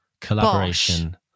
collaboration